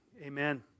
amen